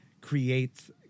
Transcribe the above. creates